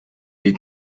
est